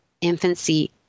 infancy